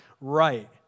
right